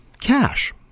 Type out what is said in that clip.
cash